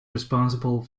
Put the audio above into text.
responsible